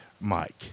Mike